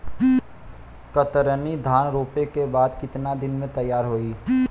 कतरनी धान रोपे के बाद कितना दिन में तैयार होई?